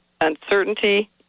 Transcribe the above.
uncertainty